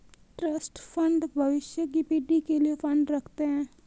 trust fund भविष्य की पीढ़ी के लिए फंड रखते हैं